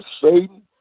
Satan